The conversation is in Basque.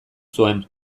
zuen